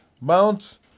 Mount